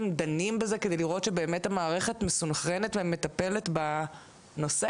דנים בזה כדי לראות שבאמת המערכת מסונכרנת ומטפלת בנושא?